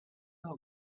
our